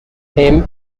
him